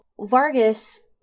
Vargas